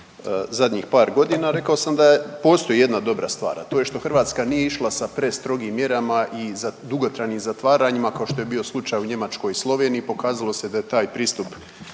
zadnjih par godina. Rekao sam da postoji jedna dobra stvar, a to je što Hrvatska nije išla sa prestrogim mjerama i za dugotrajnim zatvaranjima kao što je bio slučaj u Njemačkoj i Sloveniji pokazalo se da je taj pristup